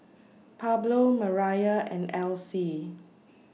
Pablo Mariah and Alcee